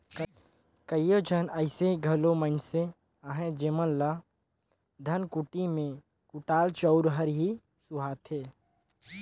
कइयो झन अइसे घलो मइनसे अहें जेमन ल धनकुट्टी में कुटाल चाँउर हर ही सुहाथे